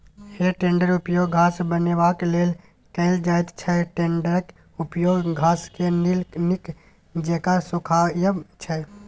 हे टेडरक उपयोग घास बनेबाक लेल कएल जाइत छै टेडरक उपयोग घासकेँ नीक जेका सुखायब छै